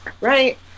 Right